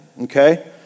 okay